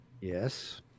Yes